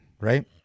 right